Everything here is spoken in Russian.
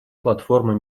платформы